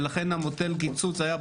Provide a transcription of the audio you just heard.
ולכן מודל הקיצוץ היה פרוגרסיבי.